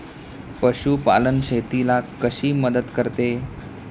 पशुपालन शेतीला कशी मदत करते?